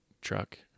truck